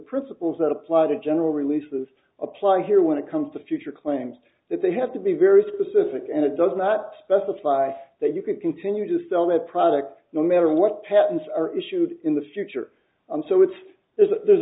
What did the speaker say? principles that apply to general release of apply here when it comes to future claims that they have to be very specific and it does not specify that you could continue to sell their product no matter what patents are issued in the future and so it's there's a there's